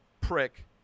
prick